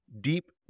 deep